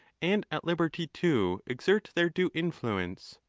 and at liberty to exert, their due influence.